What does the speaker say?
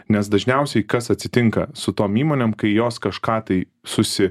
nes dažniausiai kas atsitinka su tom įmonėm kai jos kažką tai susi